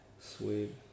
Sweet